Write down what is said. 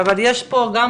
אז אני אתייחס בהמשך.